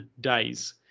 days